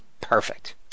perfect